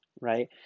right